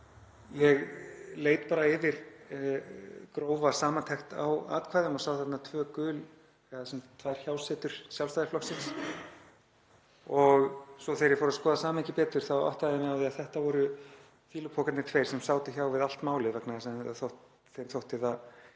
Ég leit bara yfir grófa samantekt á atkvæðunum og sá þar tvö gul, þ.e. tvær hjásetur Sjálfstæðisflokksins, og svo þegar ég fór að skoða samhengið betur þá áttaði ég mig á því að þetta voru fýlupokarnir tveir sem sátu hjá við allt málið vegna þess að